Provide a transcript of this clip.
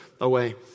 away